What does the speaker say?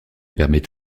permet